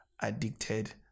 addicted